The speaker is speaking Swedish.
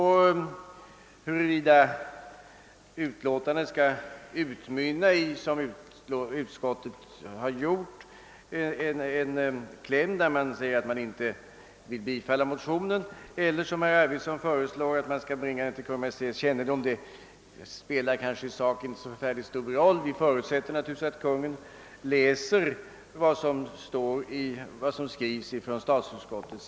Huruvida utlåtandets kläm skall utmynna i, som utskottet har valt, att riksdagen inte bifaller motionen eller, som herr Arvidson föreslår, att saken skall bringas till Kungl. Maj:ts kännedom spelar kanske inte så stor roll. Vi förutsätter naturligtvis att Kungl. Maj:t läser vad som skrivs av statsutskottet.